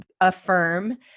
affirm